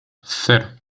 cero